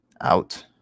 out